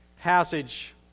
passage